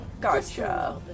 Gotcha